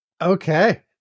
Okay